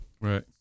Right